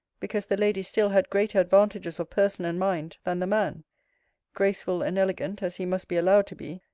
because the lady still had greater advantages of person and mind, than the man graceful and elegant, as he must be allowed to be,